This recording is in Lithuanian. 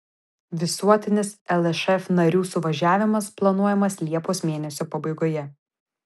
visuotinis lšf narių suvažiavimas planuojamas liepos mėnesio pabaigoje